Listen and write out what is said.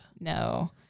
no